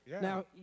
Now